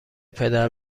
پدر